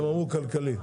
הם אמרו כלכלי.